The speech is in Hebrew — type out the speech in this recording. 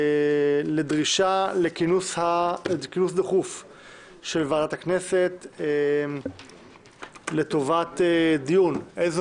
התרבות והספורט בדרישה לכינוס דחוף של ועדת הכנסת לטובת דיון שיקבע איזו